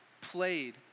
played